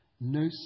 no